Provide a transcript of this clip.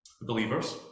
believers